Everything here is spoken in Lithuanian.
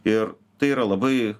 ir tai yra labai